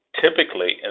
Typically